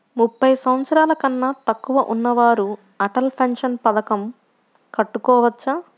ముప్పై సంవత్సరాలకన్నా తక్కువ ఉన్నవారు అటల్ పెన్షన్ పథకం కట్టుకోవచ్చా?